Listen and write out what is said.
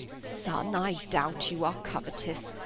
son, i doubt you are covetous,